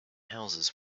houses